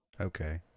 Okay